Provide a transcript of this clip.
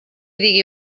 digui